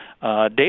data